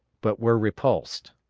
but were repulsed.